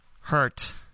hurt